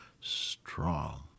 strong